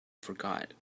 forgot